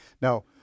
now